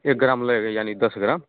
एक ग्राम लगेगा यानी दस ग्राम